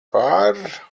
par